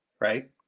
right